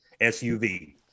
SUV